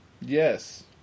Yes